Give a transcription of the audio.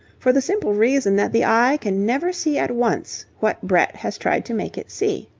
for the simple reason that the eye can never see at once what brett has tried to make it see.